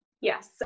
Yes